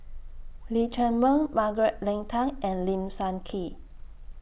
Lee Chiaw Meng Margaret Leng Tan and Lim Sun Gee